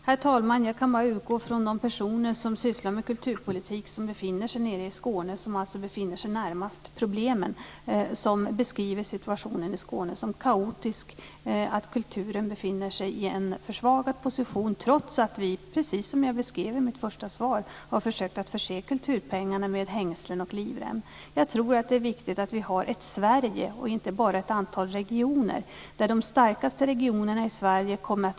Herr talman! Jag kan bara utgå från de personer som sysslar med kulturpolitik nere i Skåne och som befinner sig närmast problemen. De beskriver situationen i Skåne som kaotisk och att kulturens position har försvagats trots att vi, precis som jag beskrev i mitt första svar, har försökt att förse kulturpengarna med hängslen och livrem. Det är viktigt att vi har ett Sverige och inte bara ett antal regioner där de starkaste regionerna roffar åt sig mer.